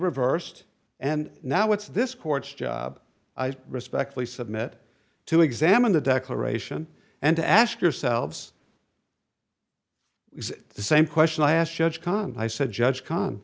reversed and now it's this court's job i respectfully submit to examine the declaration and to ask yourselves the same question i asked judge cond i said judge